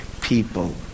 people